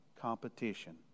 competition